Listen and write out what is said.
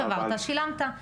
שברת שילמת.